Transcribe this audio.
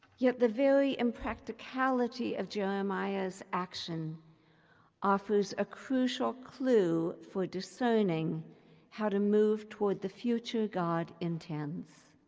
yet the very impracticality of jeremiah's action offers a crucial clue for discerning how to move toward the future god intends.